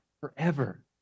forever